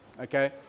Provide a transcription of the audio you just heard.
Okay